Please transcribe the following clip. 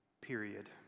Period